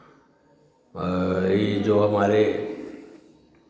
ये जो हमारे